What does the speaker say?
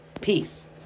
Peace